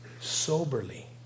soberly